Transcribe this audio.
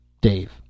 Dave